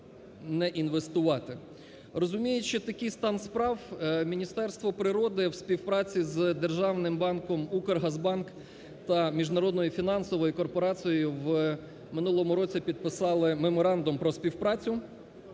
Розуміючи такий стан справ, Міністерство природи в співпраці з державним банком "Укргазбанк" та Міжнародною фінансовою корпорацією в минулому році підписали Меморандум про співпрацю